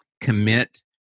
Commit